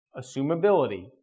assumability